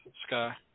Sky